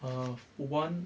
err for one